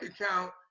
account